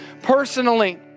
personally